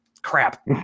Crap